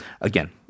again